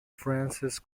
frances